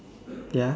ya